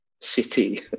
city